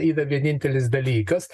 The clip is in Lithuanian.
yra vienintelis dalykas